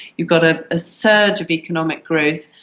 you've got a ah surge of economic growth,